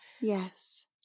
yes